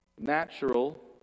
Natural